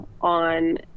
on